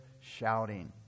shouting